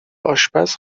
آشپز